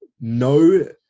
No